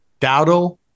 Dowdle